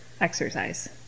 exercise